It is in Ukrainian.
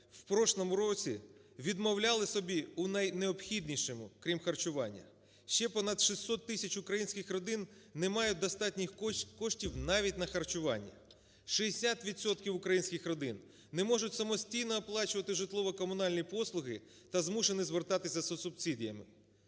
в прошлому році відмовляли собі у найнеобхіднішому, крім харчування. Ще понад 600 тисяч українських родин не має достатніх коштів навіть на харчування. Шістдесят відсотків українських родин не можуть самостійно оплачувати житлово-комунальні послуги та змушені звертатися за субсидіями.